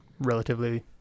relatively